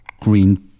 green